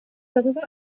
darüber